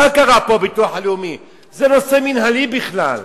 מה קרה פה בביטוח הלאומי, זה נושא מינהלי בכלל.